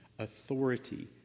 authority